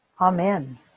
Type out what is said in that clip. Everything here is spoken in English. Amen